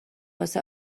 واسه